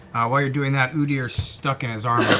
while you're doing that, udire's stuck in his armor